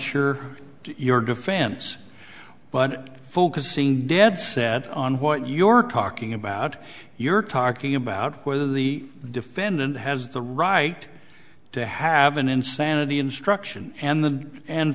sure you're defense but focusing dead set on what you're talking about you're talking about whether the defendant has the right to have an insanity instruction and the and